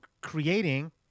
creating